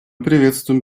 приветствуем